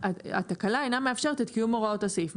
אינה מאפשרת את קיום הוראות הסעיף.